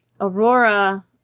aurora